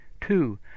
Two